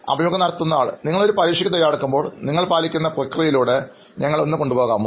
അഭിമുഖം നടത്തുന്നയാൾ നിങ്ങൾ ഒരു പരീക്ഷയ്ക്ക് തയ്യാറെടുക്കുമ്പോൾ നിങ്ങൾ പാലിക്കുന്ന പ്രക്രിയയിലൂടെ ഞങ്ങളെ ഒന്നു കൊണ്ടുപോകാമോ